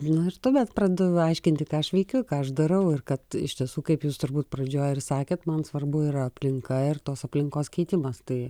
na ir tuomet pradedu aiškinti ką aš veikiu ką aš darau ir kad iš tiesų kaip jūs turbūt pradžioj ir sakėt man svarbu yra aplinka ir tos aplinkos keitimas tai